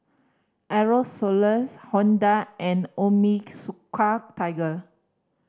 Aerosoles Honda and Onitsuka Tiger